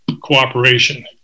Cooperation